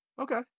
okay